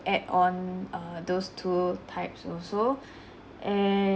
add on err those two types also a~